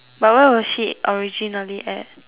but where was she originally at